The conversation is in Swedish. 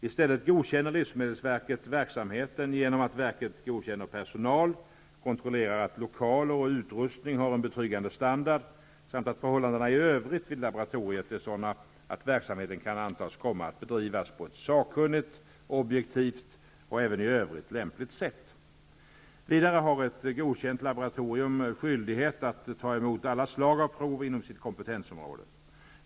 I stället godkänner livsmedelsverket verksamheten genom att verket godkänner personal, kontrollerar att lokaler och utrustning har en betryggande standard samt att förhållandena i övrigt vid laboratoriet är sådana att verksamheten kan antas komma att bedrivas på ett sakkunnigt, objektivt och även i övrigt lämpligt sätt. Vidare har ett godkänt laboratorium skyldighet att ta emot alla slag av prov inom sitt kompetensområde.